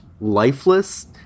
lifeless